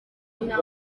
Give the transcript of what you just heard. nta